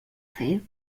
fer